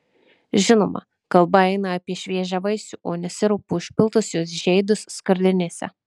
žinoma kalba eina apie šviežią vaisių o ne sirupu užpiltus jos žeidus skardinėse